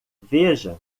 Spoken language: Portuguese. veja